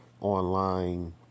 online